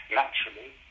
naturally